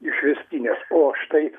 išvestinės o štai